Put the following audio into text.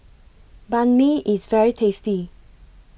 Banh MI IS very tasty